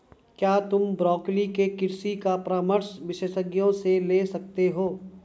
क्या तुम ब्रोकोली के कृषि का परामर्श विशेषज्ञों से ले सकते हो?